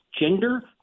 gender